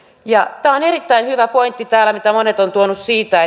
tämä on erittäin hyvä pointti mitä monet ovat täällä tuoneet siitä